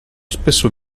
spesso